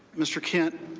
mr. kent,